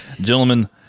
Gentlemen